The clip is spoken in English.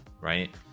right